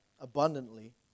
abundantly